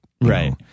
right